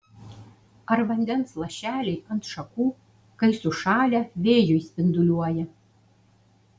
ar vandens lašeliai ant šakų kai sušalę vėjuj spinduliuoja